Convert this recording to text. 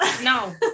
No